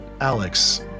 Alex